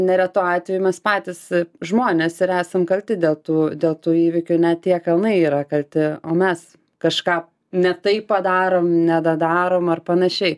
neretu atveju mes patys žmonės ir esam kalti dėl tų dėl tų įvykių ne tie kalnai yra kalti o mes kažką ne taip padarom nedadarom ar panašiai